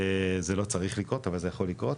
זה לא צריך לקרות אבל זה יכול לקרות.